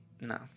No